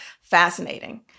fascinating